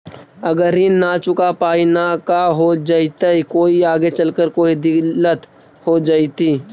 अगर ऋण न चुका पाई न का हो जयती, कोई आगे चलकर कोई दिलत हो जयती?